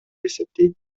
эсептейт